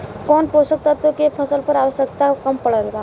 कौन पोषक तत्व के फसल पर आवशयक्ता कम पड़ता?